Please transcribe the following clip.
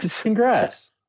congrats